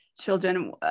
children